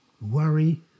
Worry